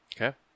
Okay